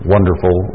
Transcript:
wonderful